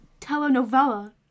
telenovela